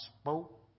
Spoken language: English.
spoke